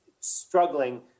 struggling